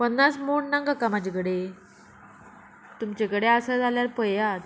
पन्नास मोड ना काका म्हाजे कडेन तुमचे कडेन आसा जाल्यार पयात